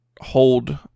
hold